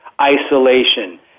isolation